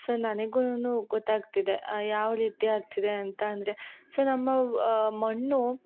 so ನನಿಗೂನು ಗೊತ್ತಾಗ್ತಿದೆ ಯಾವ ರೀತಿ ಆಗ್ತಿದೆ ಅಂತ ಅಂದರೆ ಸೊ ನಮ್ಮ ಮಣ್ಣು